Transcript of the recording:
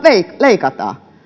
leikataan